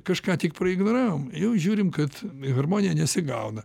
kažką tik praignoravom jau žiūrim kad harmonija nesigauna